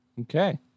Okay